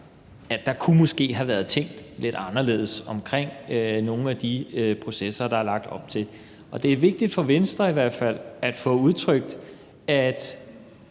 at der måske kunne have været tænkt lidt anderledes omkring nogle af de processer, der er lagt op til. Det er vigtigt for Venstre i hvert fald at få udtrykt, at